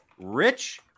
rich